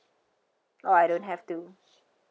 or I don't have to